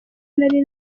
nari